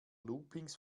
loopings